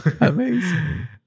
Amazing